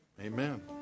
Amen